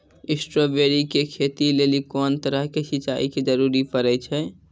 Strawberry के खेती लेली कोंन तरह के सिंचाई के जरूरी पड़े छै?